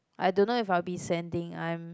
I don't know if I'll be sending I'm